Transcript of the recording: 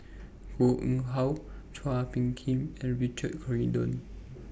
Koh Nguang How Chua Phung Kim and Richard Corridon